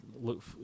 look